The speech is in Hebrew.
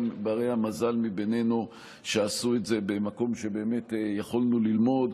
גם בני המזל מבינינו שעשו את זה במקום שבאמת יכולנו ללמוד,